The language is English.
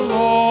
Lord